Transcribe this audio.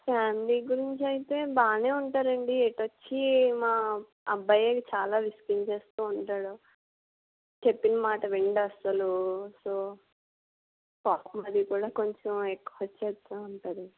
family గురించి అయితే బాగానే ఉంటారండి ఎటొచ్చి మా అబ్బాయే చాలా విసిగించేస్తూ ఉంటాడు చెప్పిన మాట వినడు అసలు సో పాపం అది కూడా కొంచెం ఎక్కువ చేస్తూ ఉంటారు